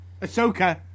Ahsoka